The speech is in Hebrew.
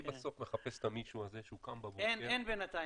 אני בסוף מחפש את המישהו הזה שהוא קם בבוקר --- אין בינתיים,